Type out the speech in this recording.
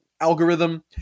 algorithm